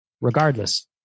Regardless